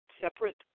separate